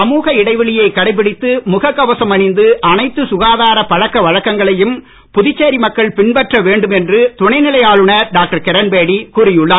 சமூக இடைவெளியை கடைபிடித்து முகமூடி அணிந்து அனைத்து சுகாதார பழக்க வழக்கங்களையும் புதுச்சேரி மக்கள் பின்பற்ற வேண்டும் என்று துணைநிலை ஆளுநர் டாக்டர் கிரண்பேடி கூறியுள்ளார்